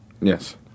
Yes